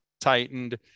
tightened